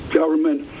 government